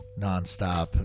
nonstop